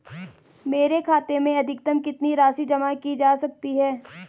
मेरे खाते में अधिकतम कितनी राशि जमा की जा सकती है?